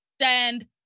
Stand